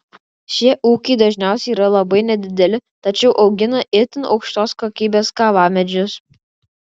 šie ūkiai dažniausiai yra labai nedideli tačiau augina itin aukštos kokybės kavamedžius